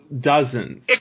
dozens